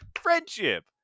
Friendship